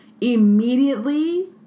immediately